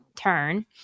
turn